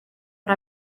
but